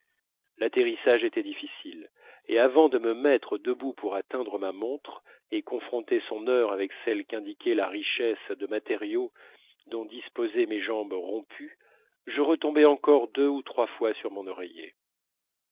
l'atterrissage était difficile et avant de me mettre debout pour atteindre ma montre et confronter son heure avec celle qu'indiquait la richesse de matériaux dont disposaient mes jambes rompues je retombais encore deux ou trois fois sur mon oreiller